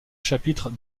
chapitre